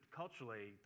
culturally